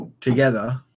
together